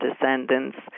descendants